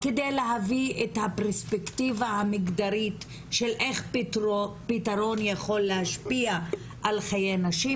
כדי להביא את הפרספקטיבה המגדרית של איך פתרון יכול להשפיע על חיי נשים,